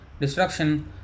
destruction